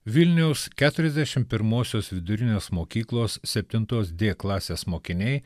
vilniaus keturiasdešim pirmosios vidurinės mokyklos septintos dė klasės mokiniai